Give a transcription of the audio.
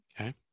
Okay